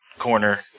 corner